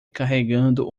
carregando